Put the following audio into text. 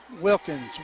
Wilkins